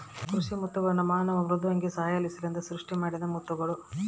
ಕೃಷಿ ಮುತ್ತುಗಳ್ನ ಮಾನವ ಮೃದ್ವಂಗಿಗಳ ಸಹಾಯಲಿಸಿಂದ ಸೃಷ್ಟಿಮಾಡಿದ ಮುತ್ತುಗುಳು